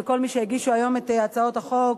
וכל מי שהגישו היום את הצעות החוק: